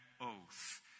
oath